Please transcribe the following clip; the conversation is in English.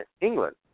England